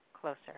closer